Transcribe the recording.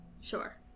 Sure